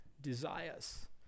desires